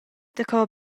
daco